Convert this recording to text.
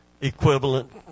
equivalent